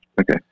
Okay